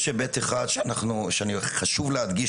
יש היבט אחד שחשוב להדגיש,